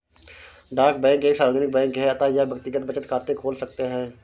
डाक बैंक एक सार्वजनिक बैंक है अतः यह व्यक्तिगत बचत खाते खोल सकता है